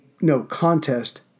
no-contest